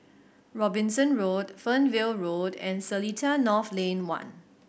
Robinson Road Fernvale Road and Seletar North Lane One